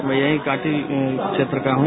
मैं यही कांटी क्षेत्र का हूं